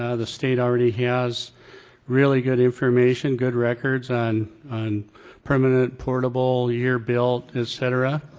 ah the state already has really good information, good records on premanent portable, year built, et cetera.